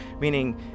Meaning